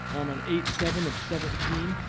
on eight seven of seventeen,